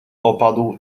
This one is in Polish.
opadł